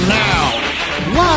now